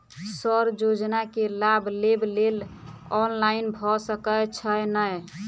Sir योजना केँ लाभ लेबऽ लेल ऑनलाइन भऽ सकै छै नै?